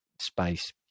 space